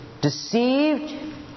deceived